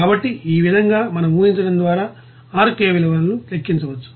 కాబట్టి ఈ విధంగా మనం ఊహించడం ద్వారా R k విలువను లెక్కించవచ్చు